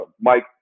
Mike